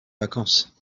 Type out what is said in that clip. vacances